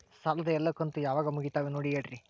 ಸಾಲದ ಎಲ್ಲಾ ಕಂತು ಯಾವಾಗ ಮುಗಿತಾವ ನೋಡಿ ಹೇಳ್ರಿ